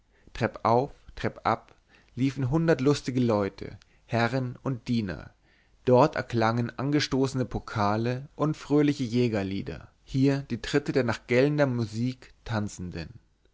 trepp ab liefen hundert lustige leute herren und diener dort erklangen angestoßene pokale und fröhliche jägerlieder hier die tritte der nach gellender musik tanzenden